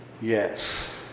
yes